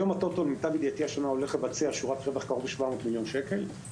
השנה למיטב ידיעתי הטוטו הולך להודיע על שורת רווח של 700 מיליון שקל.